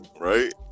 Right